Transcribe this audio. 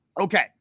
Okay